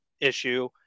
issue